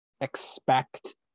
expect